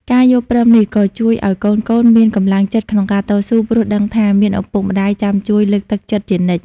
ការយល់ព្រមនេះក៏ជួយឱ្យកូនៗមានកម្លាំងចិត្តក្នុងការតស៊ូ ព្រោះដឹងថាមានឪពុកម្ដាយចាំជួយលើកទឹកចិត្តជានិច្ច។